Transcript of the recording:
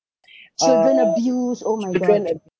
children abuse oh my god